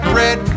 red